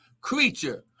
creature